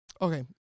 Okay